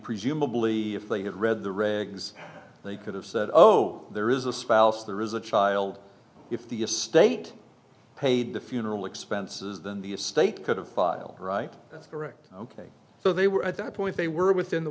presumably if they had read the regs they could have said oh there is a spouse there is a child if the estate paid the funeral expenses then the estate could have filed right that's correct ok so they were at that point they were within the